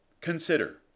Consider